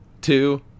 two